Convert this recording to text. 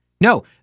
No